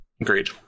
Agreed